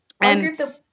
And-